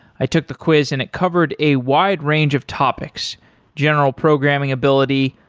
i took the quiz and it covered a wide range of topics general programming ability,